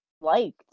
liked